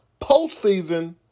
postseason